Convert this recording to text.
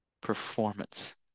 performance